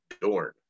Dorn